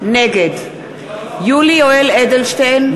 נגד יולי יואל אדלשטיין,